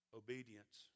obedience